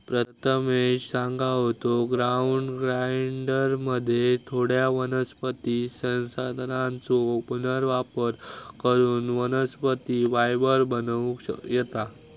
प्रथमेश सांगा होतो, ग्राउंड ग्राइंडरमध्ये थोड्या वनस्पती संसाधनांचो पुनर्वापर करून वनस्पती फायबर बनवूक येता